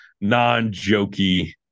non-jokey